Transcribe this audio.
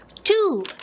Two